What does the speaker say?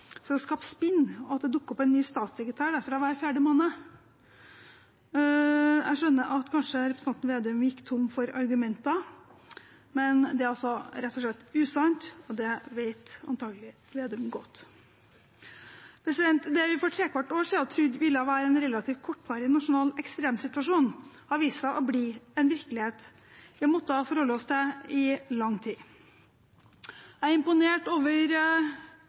for å skape spinn, og at det dukker opp en ny statssekretær derfra hver fjerde måned. Jeg skjønner at representanten Vedum kanskje gikk tom for argumenter, men det er altså rett og slett usant, og det vet antakelig Vedum godt. Det vi for trekvart år siden trodde ville være en relativt kortvarig nasjonal ekstremsituasjon, har vist seg å bli en virkelighet vi har måttet forholde oss til i lang tid. Jeg er imponert over